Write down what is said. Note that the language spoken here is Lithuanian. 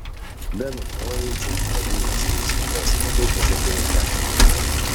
benai mielai eičiau su tavimi į išleistuves bet jau pažadėjau frenkui